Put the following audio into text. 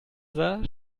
sah